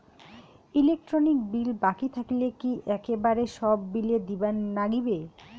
Electric bill বাকি থাকিলে কি একেবারে সব বিলে দিবার নাগিবে?